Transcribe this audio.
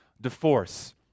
divorce